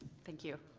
thank you.